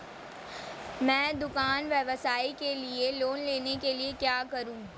मैं दुकान व्यवसाय के लिए लोंन लेने के लिए क्या करूं?